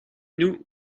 nous